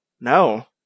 No